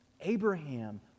Abraham